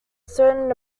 certain